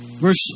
Verse